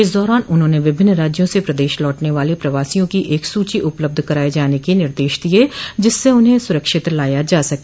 इस दौरान उन्होंने विभिन्न राज्यों से प्रदेश लौटने वाले प्रवासियों की एक सूची उपलब्ध कराये जाने के निर्देश दिये जिससे उन्हें सुरक्षित लाया जा सके